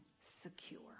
secure